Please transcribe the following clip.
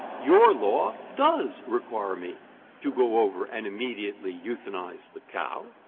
your law does require me to go over and immediately euthanize the cow.